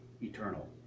eternal